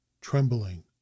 trembling